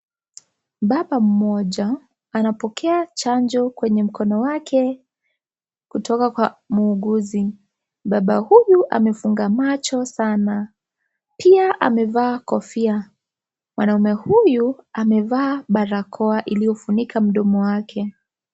Baba mmoja anapokea chanjo kwenye mkono wake kutoka kwa muuguzi. Baba huyu amefunga macho sana pia amevaa kofia. Mwanaume huyu amevaa barakoa iliyofunika mdomo wake.